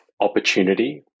opportunity